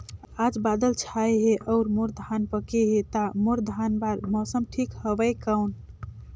आज बादल छाय हे अउर मोर धान पके हे ता मोर धान बार मौसम ठीक हवय कौन?